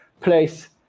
place